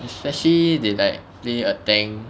especially they like play a tank